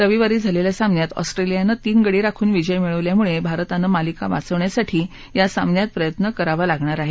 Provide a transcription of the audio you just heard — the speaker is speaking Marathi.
रविवारी झालेल्या सामन्यात ऑस्ट्रेलियानं तीन गडी राखून विजय मिळवल्यामुळे भारतानं मालिका वाचवण्यासाठी या सामन्यात प्रयत्न करावा लागणार आहे